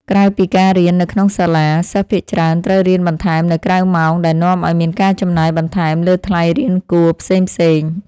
ក្រៅពីការរៀននៅក្នុងសាលា សិស្សភាគច្រើនត្រូវរៀនបន្ថែមនៅក្រៅម៉ោងដែលនាំឱ្យមានការចំណាយបន្ថែមលើថ្លៃរៀនគួរផ្សេងៗ។